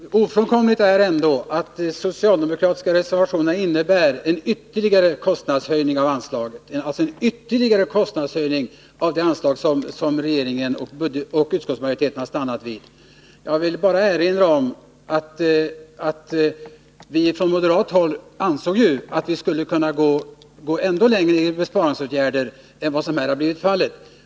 Herr talman! Ofrånkomligt är ändå att de socialdemokratiska reservationerna innebär en ytterligare kostnadshöjning när det gäller det anslag som regeringen och utskottsmajoriteten har stannat vid. Jag vill bara erinra om att vi från moderat håll ansåg att vi skulle kunna gå ännu längre i fråga om besparingsåtgärder än vad som här har blivit fallet.